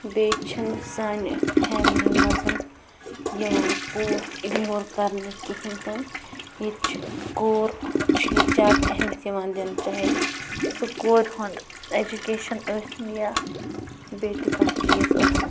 بیٚیہِ چھِنہٕ سانہِ فیملی منٛز یِوان کوٗر اِگنور کَرنہٕ کِہیٖنۍ تہِ نہٕ ییٚتہِ چھِ کوٗر چھِ ییٚتہِ زیادٕ اہمیت یِوان دِنہٕ چاہیے سُہ کورِ ہُنٛد اٮ۪جُکیشن ٲسِنۍ یا بیٚیہِ تہِ کانٛہہ تہِ چیٖز ٲسِنۍ